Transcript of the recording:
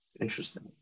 Interesting